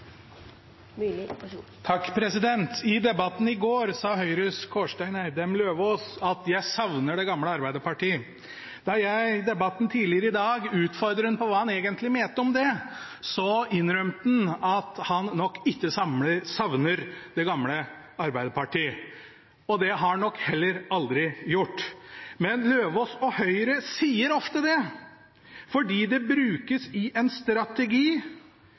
I debatten i går sa Høyres Kårstein Eidem Løvaas at han savnet det gamle Arbeiderpartiet. Da jeg i debatten tidligere i dag utfordret ham på hva han egentlig mente med det, innrømte han at han nok ikke savner det gamle Arbeiderpartiet. Og det har han nok heller aldri gjort. Men Løvaas og Høyre sier ofte det fordi det brukes i en strategi